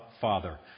Father